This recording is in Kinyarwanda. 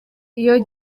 iyo